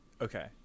Okay